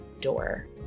door